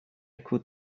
could